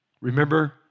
remember